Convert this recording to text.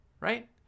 right